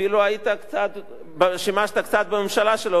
אפילו שימשת קצת בממשלה שלו.